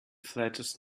flatters